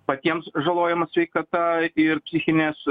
patiems žalojama sveikata ir psichinės